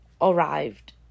arrived